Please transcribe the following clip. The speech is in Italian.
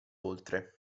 oltre